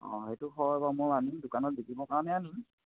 অঁ সেইটো হয় বাৰু মই আনিম দোকানত বিকিবৰ কাৰণেই আনিম